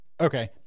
Okay